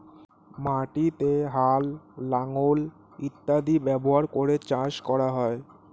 মাটিতে হাল, লাঙল ইত্যাদি ব্যবহার করে চাষ করা হয়